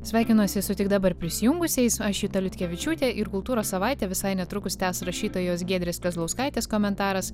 sveikinuosi su tik dabar prisijungusiais aš juta liutkevičiūtė ir kultūros savaitę visai netrukus tęs rašytojos giedrės kazlauskaitės komentaras